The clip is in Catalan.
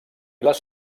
les